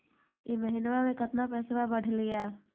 ई महीना मे कतना पैसवा बढ़लेया?